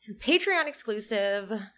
Patreon-exclusive